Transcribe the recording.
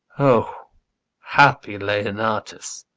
o happy leonatus!